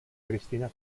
cristina